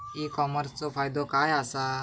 E कॉमर्सचो फायदो काय असा?